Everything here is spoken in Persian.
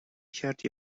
کرد